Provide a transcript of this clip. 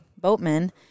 boatmen